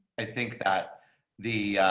i think that the